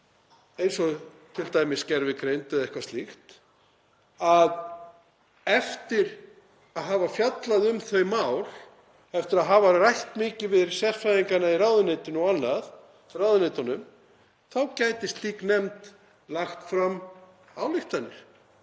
eins og t.d. gervigreind eða eitthvað slíkt, að eftir að hafa fjallað um þau mál, eftir að hafa rætt mikið við sérfræðingana í ráðuneytunum og annað gæti slík nefnd lagt fram ályktanir